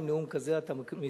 עם נאום כזה אתה מתקבל.